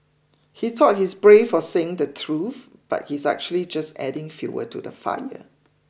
he thought he's brave for saying the truth but he's actually just adding fuel to the fire